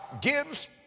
gives